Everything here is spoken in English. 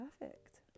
perfect